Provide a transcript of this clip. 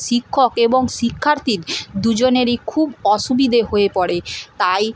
শিক্ষক এবং শিক্ষার্থীর দুজনেরই খুব অসুবিধে হয়ে পড়ে তাই